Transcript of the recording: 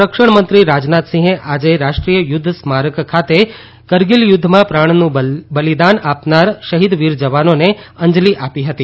સંરક્ષણ મંત્રી રાજનાથસિંહે આજે રાષ્ટ્રીય યુદ્ધ સ્મારક ખાતે કારગીલ યુદ્ધમાં પ્રાણનું બલિદાન આપનાર શહિદ વીર જવાનોને અંજલી આપી હતી